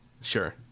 Sure